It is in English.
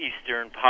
eastern